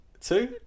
Two